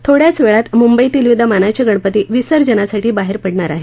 थोड्याच वेळात मुंबईतील विविध मानाचे गणपती विसर्जनासाठी बाहेर पडणार आहेत